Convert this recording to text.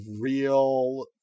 real